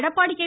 Edappadi K